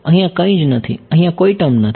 અહિયાં કંઇજ નથી અહિયાં કોઈ ટર્મ નથી